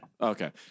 Okay